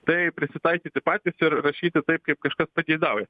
taip prisitaikyti patys ir rašyti taip kaip kažkas pageidauja